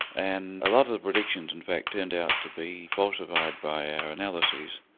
and a lot of the predictions in fact turned out to be falsified by our analyses.